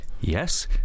yes